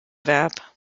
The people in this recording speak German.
verb